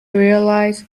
realize